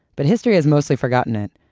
but history has mostly forgotten it,